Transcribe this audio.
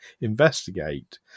investigate